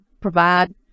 provide